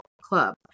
club